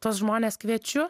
tuos žmones kviečiu